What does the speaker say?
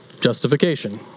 justification